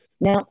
Now